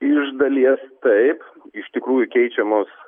iš dalies taip iš tikrųjų keičiamos